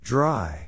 Dry